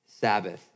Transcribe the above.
Sabbath